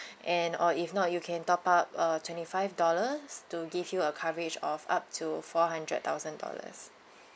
and or if not you can top up uh twenty five dollars to give you a coverage of up to four hundred thousand dollars